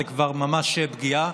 זאת כבר ממש פגיעה,